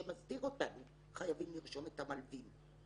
שמסדיר אותנו חייבים לרשום את המלווים.